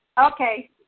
Okay